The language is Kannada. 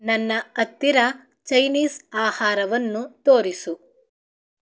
ನನ್ನ ಹತ್ತಿರ ಚೈನೀಸ್ ಆಹಾರವನ್ನು ತೋರಿಸು